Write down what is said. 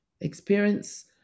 experience